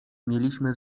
mieliśmy